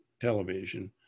television